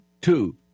Two